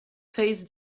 phase